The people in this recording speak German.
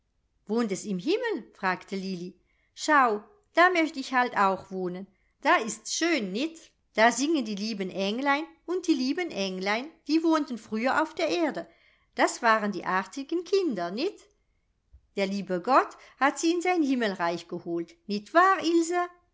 wohnt es im himmel fragte lilli schau da möcht ich halt auch wohnen da ist's schön nit da singen die lieben englein und die lieben englein die wohnten früher auf der erde das waren die artigen kinder nit der liebe gott hat sie in sein himmelreich geholt nit wahr